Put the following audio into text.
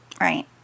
Right